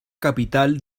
capital